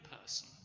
person